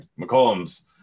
McCollum's